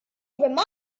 reminded